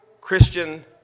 Christian